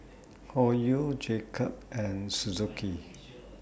Hoyu Jacob's and Suzuki